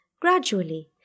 gradually